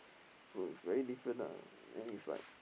so is very different lah then it's like